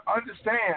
understand